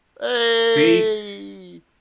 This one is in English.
See